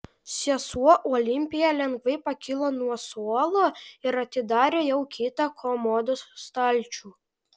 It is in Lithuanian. sesuo olimpija lengvai pakilo nuo suolo ir atidarė jau kitą komodos stalčių